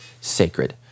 sacred